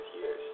years